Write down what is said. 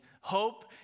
hope